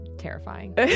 terrifying